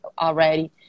already